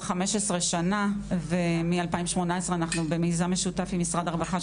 15 שנה ומ-2018 אנחנו במיזם משותף עם משרד הרווחה,